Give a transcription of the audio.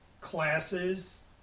classes